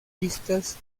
vistas